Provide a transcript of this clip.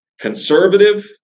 conservative